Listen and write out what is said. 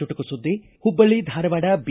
ಚುಟುಕು ಸುದ್ದಿ ಹುಬ್ಲಳ್ಳಿ ಧಾರವಾಡ ಬಿ